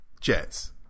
Jets